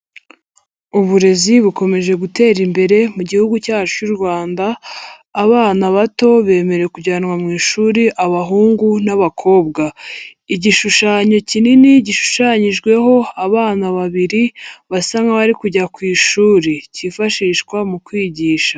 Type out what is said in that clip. Uburezi bukomeje gutera imbere mu gihugu cyacu cy'u Rwanda, abana bato bemerewe kujyanwa mu ishuri abahungu n'abakobwa. Igishushanyo kinini gishushanyijweho abana babiri basa nk'abari kujya ku ishuri. Cyifashishwa mu kwigisha.